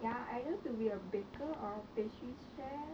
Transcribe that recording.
ya I either to be a baker or a pastry chef